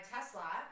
Tesla